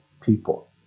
people